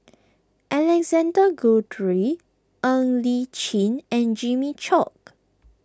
Alexander Guthrie Ng Li Chin and Jimmy Chok